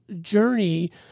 journey